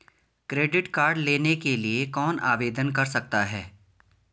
Credit card लेने के लिए कौन आवेदन कर सकता है?